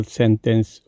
sentence